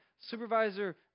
supervisor